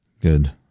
Good